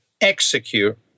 execute